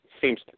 seems